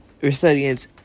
Resilience